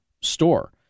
store